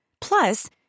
Plus